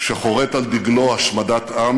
שחורת על דגלו השמדת עם